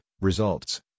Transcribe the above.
results